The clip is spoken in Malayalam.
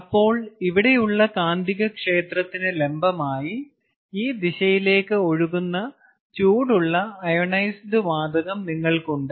അപ്പോൾ ഇവിടെ ഉള്ള കാന്തികക്ഷേത്രത്തിന് ലംബമായി ഈ ദിശയിലേക്ക് ഒഴുകുന്ന ചൂടുള്ള അയോണൈസ്ഡ് വാതകം നിങ്ങൾക്കുണ്ട്